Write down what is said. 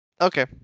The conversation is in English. Okay